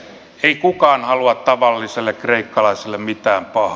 ei kukaan halua tavalliselle kreikkalaiselle mitään pahaa